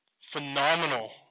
phenomenal